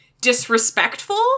disrespectful